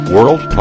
World